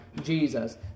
Jesus